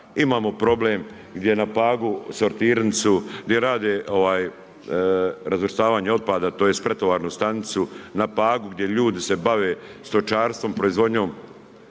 imamo problem gdje na Pagu sortirnicu, gdje rade razvrstavanje otpada, tj. pretovarnu stanicu na Pagu, gdje ljudi se bave stočarstvom, proizvodnjom